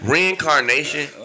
Reincarnation